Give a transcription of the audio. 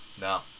No